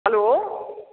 hello